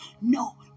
No